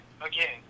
again